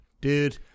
dude